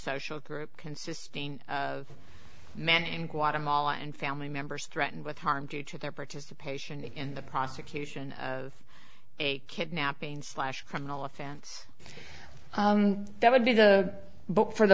social group consisting of men in guatemala and family members threatened with harm due to their participation in the prosecution of a kidnapping slash criminal offense that would be the book for the